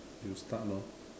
you start lor